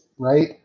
right